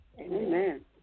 Amen